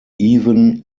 even